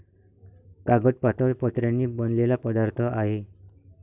कागद पातळ पत्र्यांनी बनलेला पदार्थ आहे